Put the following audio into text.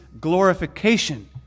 glorification